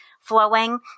flowing